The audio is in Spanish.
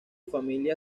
familia